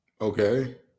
okay